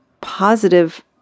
positive